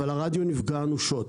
אבל הרדיו נפגע אנושות.